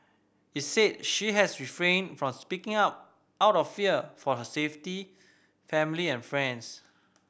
it said she has refrained from speaking up out of fear for her safety family and friends